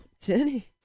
Jenny